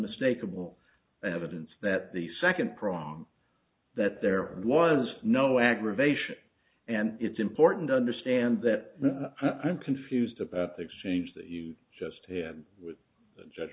unmistakable evidence that the second prong that there was no aggravation and it's important to understand that i'm confused about the exchange that you just had with the